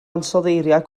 ansoddeiriau